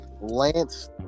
lance